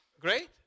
Great